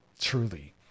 truly